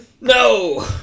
No